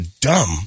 dumb